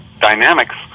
dynamics